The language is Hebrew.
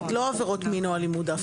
לא עבירות מין או אלימות דווקא.